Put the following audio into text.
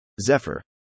Zephyr